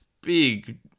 big